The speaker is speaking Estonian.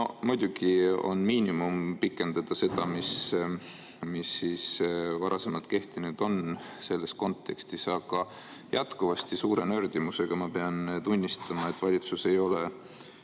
muidugi on miinimum pikendada seda, mis varasemalt kehtinud on, selles kontekstis, aga jätkuvasti suure nördimusega ma pean tunnistama, et valitsus ei ole